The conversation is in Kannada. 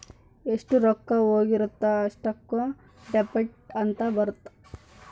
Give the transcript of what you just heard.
ಎಷ್ಟ ರೊಕ್ಕ ಹೋಗಿರುತ್ತ ಅಷ್ಟೂಕ ಡೆಬಿಟ್ ಅಂತ ಬರುತ್ತ